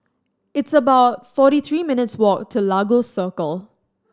it's about forty three minutes' walk to Lagos Circle